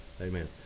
amen